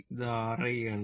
ഇത് R I ആണ്